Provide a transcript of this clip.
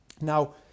Now